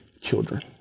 children